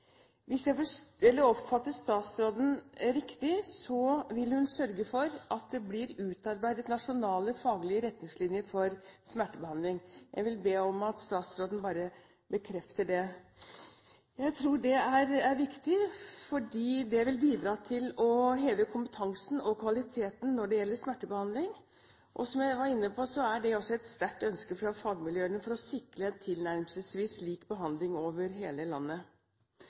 Hvis jeg oppfattet statsråden riktig, vil hun sørge for at det blir utarbeidet nasjonale, faglige retningslinjer for smertebehandling. Jeg vil be om at statsråden bare bekrefter det. Jeg tror det er viktig, for det vil bidra til å heve kompetansen og kvaliteten når det gjelder smertebehandling. Som jeg var inne på, er det også et sterkt ønske fra fagmiljøene for å sikre en tilnærmelsesvis lik behandling over hele landet.